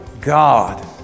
God